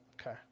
Okay